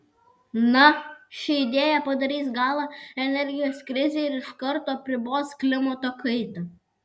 na ši idėja padarys galą energijos krizei ir iš karto apribos klimato kaitą